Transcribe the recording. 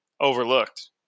overlooked